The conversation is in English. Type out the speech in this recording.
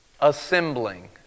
assembling